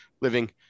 living